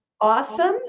awesome